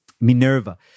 Minerva